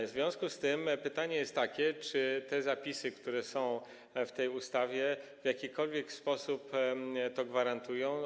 W związku z tym pytanie jest takie, czy zapisy, które są zawarte w tej ustawie, w jakikolwiek sposób to gwarantują.